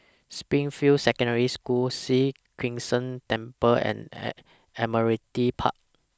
Springfield Secondary School Sri Krishnan Temple and At Admiralty Park